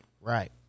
Right